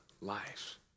life